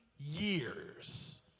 years